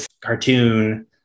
cartoon